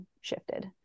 shifted